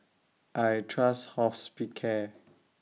I Trust Hospicare